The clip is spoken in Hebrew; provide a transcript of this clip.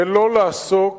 ולא לעסוק